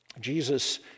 Jesus